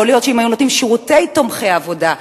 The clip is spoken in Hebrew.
יכול להיות שאם היו נותנים שירותים תומכי עבודה,